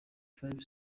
five